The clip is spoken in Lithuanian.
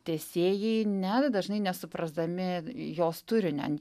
teisėjai net dažnai nesuprasdami jos turinio